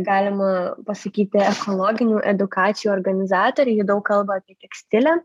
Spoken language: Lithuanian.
galima pasakyti ekologinių edukacijų organizatorė ji daug kalba apie tekstilę